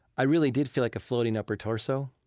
i really did feel like a floating upper torso.